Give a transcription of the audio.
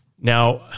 Now